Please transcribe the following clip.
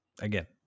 Again